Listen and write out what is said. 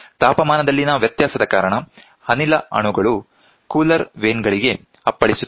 ತಾಪಮಾನದಲ್ಲಿನ ವ್ಯತ್ಯಾಸದ ಕಾರಣ ಅನಿಲ ಅಣುಗಳು ಕೂಲರ್ ವೇನ್ ಗಳಿಗೆ ಅಪ್ಪಳಿಸುತ್ತದೆ